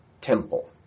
temple